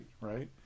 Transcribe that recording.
right